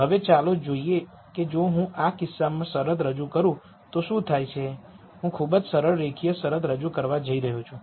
હવે ચાલો જોઈએ કે જો હું આ કિસ્સામાં શરત રજૂ કરું તો શું થાય છે હું ખૂબ જ સરળ રેખીય શરત રજૂ કરવા જઈ રહ્યો છું